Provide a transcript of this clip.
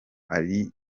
ari